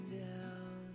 down